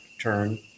turn